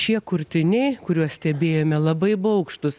šie kurtiniai kuriuos stebėjome labai baugštūs